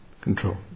control